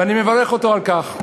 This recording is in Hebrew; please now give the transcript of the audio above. ואני מברך אותו על כך.